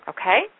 Okay